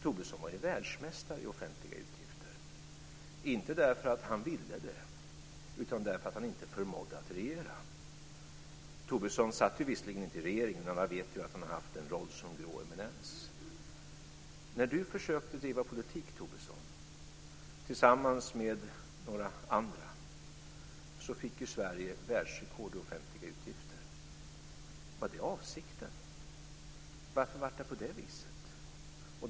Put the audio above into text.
Tobisson var världsmästare i offentliga utgifter, inte därför att han ville det utan därför att han inte förmådde att regera. Tobisson satt visserligen inte i regeringen. Men han vet att han har haft en roll som grå eminens. När du försökte driva politik, Tobisson, tillsammans med några andra, fick Sverige världsrekord i offentliga utgifter. Var det avsikten? Varför blev det på det viset?